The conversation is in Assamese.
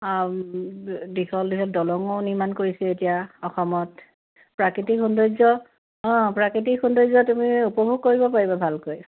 দীঘল দীঘল দলঙো নিৰ্মাণ কৰিছে এতিয়া অসমত প্ৰাকৃতিক সৌন্দৰ্য্য অঁ প্ৰাকৃতিক সৌন্দৰ্য্য় তুমি উপভোগ কৰিব পাৰিবা ভালকৈ